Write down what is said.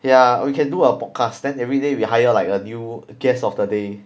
ya we can do a podcast then everyday we hire like a new guest of the day